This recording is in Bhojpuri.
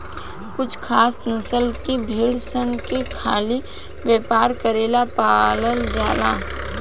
कुछ खास नस्ल के भेड़ सन के खाली व्यापार करेला पालल जाला